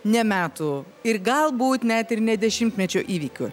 ne metų ir galbūt net ir ne dešimtmečio įvykiu